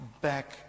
back